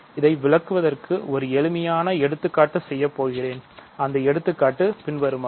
இதை விளக்குவதற்கு நான் ஒரு எளிமையான எடுத்துக்காட்டு செய்யப்போகிறேன் அந்த எடுத்துக்காட்டு பின்வருமாறு